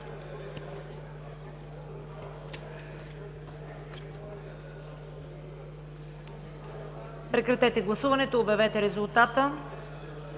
Прекратете гласуването и обявете резултата.